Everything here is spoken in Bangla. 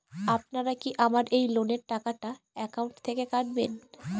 আপনারা কি আমার এই লোনের টাকাটা একাউন্ট থেকে কাটবেন?